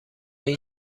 این